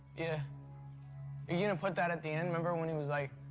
yeah are you gonna put that at the end? remember when it was like,